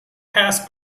pass